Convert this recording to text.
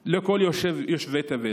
לכל יושבי תבל.